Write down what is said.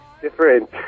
different